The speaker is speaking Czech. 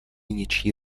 něčí